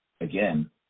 again